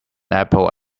apple